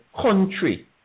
country